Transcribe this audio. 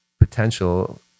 potential